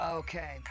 okay